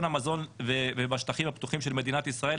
המזון ובשטחים הפתוחים של מדינת ישראל.